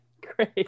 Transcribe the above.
great